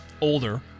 older